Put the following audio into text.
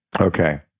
Okay